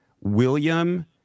William